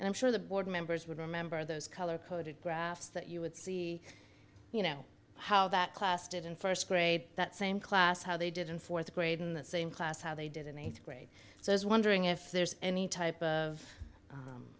and i'm sure the board members would remember those color coded graphs that you would see you know how that class did in first grade that same class how they did in fourth grade in the same class how they did in one three so as wondering if there's any type of